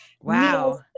Wow